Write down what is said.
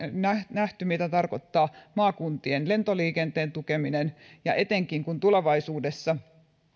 nähty mitä tarkoittaa maakuntien lentoliikenteen tukeminen ja etenkin kun tulevaisuudessa